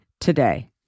today